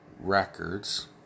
records